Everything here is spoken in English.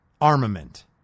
armament